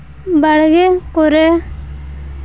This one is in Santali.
ᱵᱟᱲᱜᱮ ᱠᱚᱨᱮ